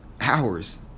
hours